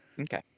Okay